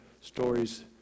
stories